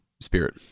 spirit